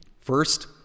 First